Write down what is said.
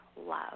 love